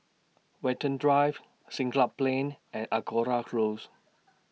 Watten Drive Siglap Plain and Angora Close